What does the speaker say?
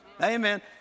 Amen